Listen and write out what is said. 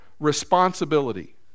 Responsibility